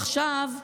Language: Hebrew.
עכשיו,